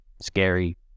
scary